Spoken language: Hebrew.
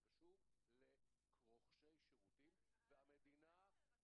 זה קשור לרוכשי שירותים והמדינה.